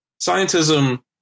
Scientism